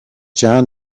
jon